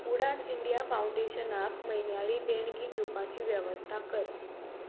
Udaan India फाउंडेशनाक म्हयन्याळी देणगी दिवपाची वेवस्था कर